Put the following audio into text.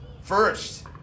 First